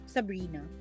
Sabrina